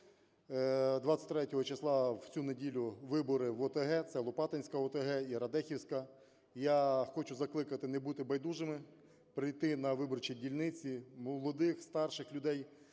23 числа, в цю неділю вибори в ОТГ – це Лопатинська ОТГ і Радехівська. Я хочу закликати не бути байдужими, прийти на виборчі дільниці молодих, старших людей,